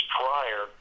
prior